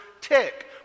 tick